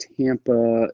Tampa